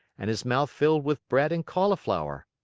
and his mouth filled with bread and cauliflower.